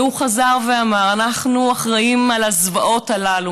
והוא חזר ואמר: אנחנו אחראים לזוועות הללו.